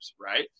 right